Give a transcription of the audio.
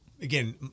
again